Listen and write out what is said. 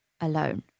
alone